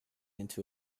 into